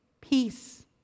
peace